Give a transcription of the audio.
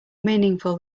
meaningful